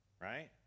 right